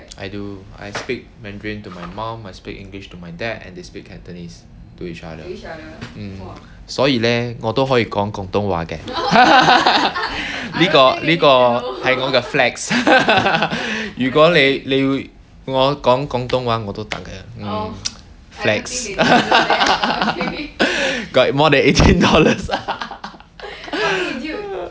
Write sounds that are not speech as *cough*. I do I speak mandarin to my mum I speak english to my dad and they speak cantonese to each other mm *laughs* flex *laughs* mm flex *laughs* got more than eighteen dollars *laughs*